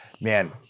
man